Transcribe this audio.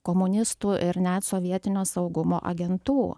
komunistų ir net sovietinio saugumo agentų